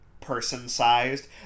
person-sized